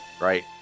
Right